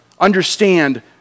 Understand